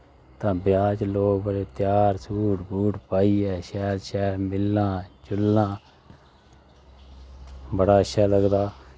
ते ब्याह् च लोग बड़े तैयार सूट बूट पाइयै शैल शैल मिलना जुलना बड़ा अच्छा लगदा